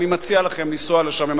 אני מציע לכם לנסוע לשם,